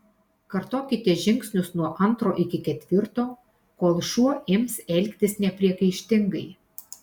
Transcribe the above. kartokite žingsnius nuo antro iki ketvirto kol šuo ims elgtis nepriekaištingai